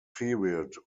period